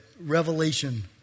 Revelation